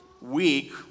week